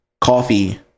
coffee